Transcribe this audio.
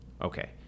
Okay